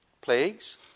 Plagues